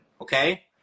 okay